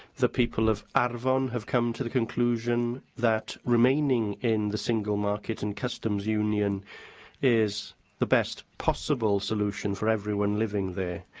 the people of arfon have come to the conclusion that remaining in the single market and customs union is the best possible solution for everyone living there.